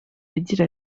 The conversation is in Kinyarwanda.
agira